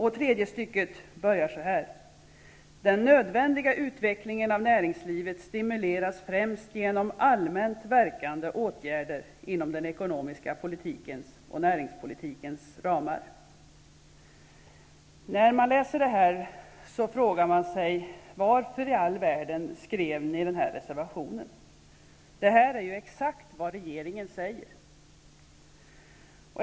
Det tredje stycket börjar på följande sätt: ''Den nödvändiga utvecklingen av näringslivet stimuleras främst genom allmänt verkande åtgärder inom den ekonomiska politikens och näringspolitikens ramar.'' När man läser detta frågar man sig varför ni i all världen skrev den där reservationen. Det här är ju exakt vad regeringen säger.